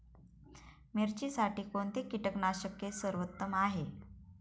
मिरचीसाठी कोणते कीटकनाशके सर्वोत्तम आहे?